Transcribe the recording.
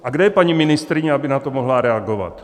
A kde je paní ministryně, aby na to mohla reagovat?